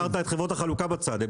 השארתם את חברות החלוקה בצד.